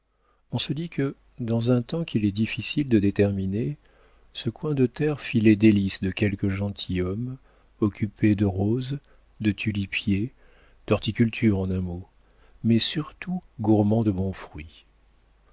on se dit que dans un temps qu'il est difficile de déterminer ce coin de terre fit les délices de quelque gentilhomme occupé de roses de tulipiers d'horticulture en un mot mais surtout gourmand de bons fruits